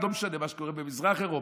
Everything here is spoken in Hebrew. לא משנה מה שקורה במזרח אירופה,